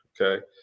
Okay